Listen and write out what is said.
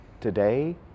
today